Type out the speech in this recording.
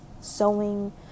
sewing